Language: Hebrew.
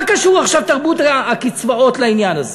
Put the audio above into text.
במה קשורה עכשיו תרבות הקצבאות לעניין הזה?